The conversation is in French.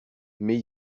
mais